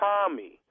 Tommy